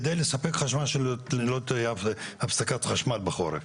כדי לספק חשמל שלא תהיה אף הפסקת חשמל בחורף.